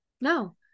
no